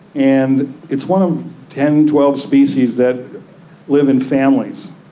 and it's one of ten, twelve species that live in families.